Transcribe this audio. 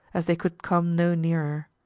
as they could come no nearer.